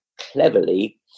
cleverly